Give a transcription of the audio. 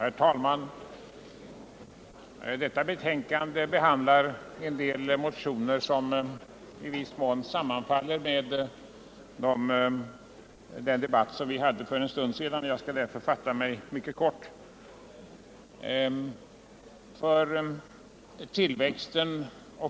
Herr talman! Detta betänkande behandlar en del motioner i frågor som i viss mån sammanfaller med dem som vi debatterade för en stund sedan, och jag skall därför fatta mig mycket kort.